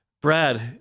Brad